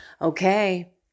Okay